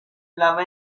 love